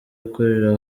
ukorera